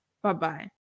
Bye-bye